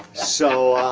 so